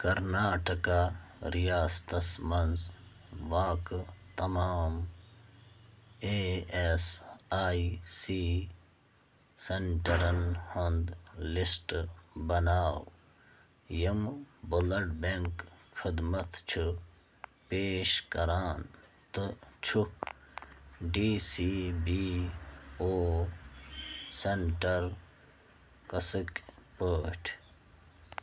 کرناٹکا رِیاستس منٛز واقعہٕ تمام اے اٮ۪س آی سی سٮ۪نٛٹَرَن ہُنٛد لِسٹ بناو یِم بُلڈ بٮ۪نٛک خدمت چھِ پیش کَران تہٕ چھُکھ D C B O centre قٕسٕکۍ پٲٹھۍ